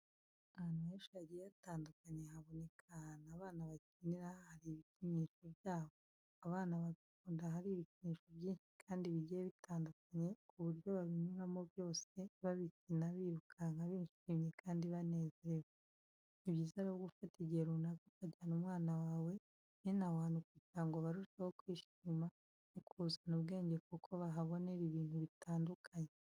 Ahantu henshi hagiye hatandukanye haboneka ahantu abana bakinira hari ibikinisho byabo, abana bagakunda ahari ibikinisho byinshi kandi bigiye bitandukanye ku buryo babinyuramo byose babikina birukanka bishimye kandi banezerewe. Ni byiza rero gufata igihe runaka ukajyana umwana wawe bene aho hantu kugira ngo barusheho kwishima no kuzana ubwenge kuko bahabonera ibintu bitandukanye.